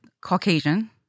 Caucasian